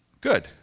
good